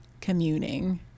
communing